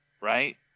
Right